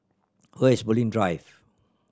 where is Bulim Drive